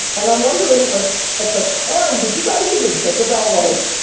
and i'm wondering like at the time, did you guys even think about like,